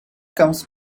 comes